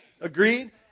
Agreed